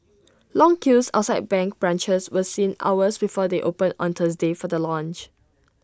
long queues outside bank branches were seen hours before they opened on Thursday for the launch